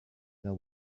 their